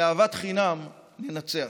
באהבת חינם ננצח.